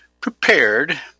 prepared